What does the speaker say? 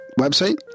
website